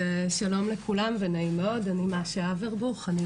שלום לכולם ונעים מאוד, אני מאשה אברבוך, אני